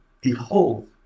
behold